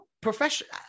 professional